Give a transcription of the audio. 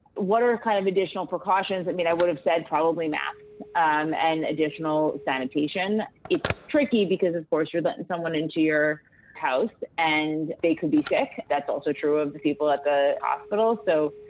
what are kind of additional precautions? i mean, i would have said probably masks and and additional sanitation. it's tricky because, of course, you're letting someone into your house and they could be sick. that's also true of the people at the ah hospital. so,